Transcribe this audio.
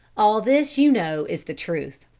all this you know is the truth.